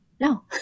no